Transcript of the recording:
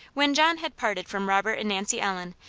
when john had parted from robert and nancy ellen,